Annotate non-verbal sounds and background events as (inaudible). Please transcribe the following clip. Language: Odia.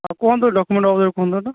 ଆଉ କୁହନ୍ତୁ ଡକୁମେଣ୍ଟ (unintelligible) କୁହନ୍ତୁ ତ